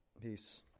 Peace